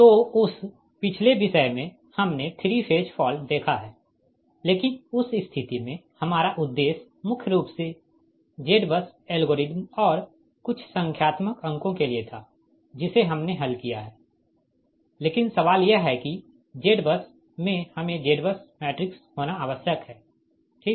तो उस पिछले विषय में हमने 3 फेज फॉल्ट देखा है लेकिन उस स्थिति में हमारा उद्देश्य मुख्य रूप से ZBUS एल्गोरिदम और कुछ संख्यात्मक अंकों के लिए था जिसे हमने हल किया है लेकिन सवाल यह है कि ZBUS में हमें ZBUS मैट्रिक्स होना आवश्यक है ठीक